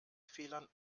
fehlern